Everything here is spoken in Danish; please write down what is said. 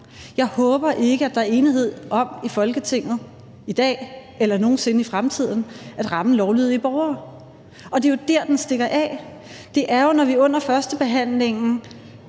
Jeg håber ikke, at der er enighed om i Folketinget i dag eller nogen sinde i fremtiden at ramme lovlydige borgere. Det er jo der, den stikker af. Jeg siger jo klart i min ordførertale